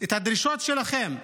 את הדרישות שלכם.